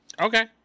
Okay